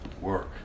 work